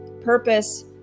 purpose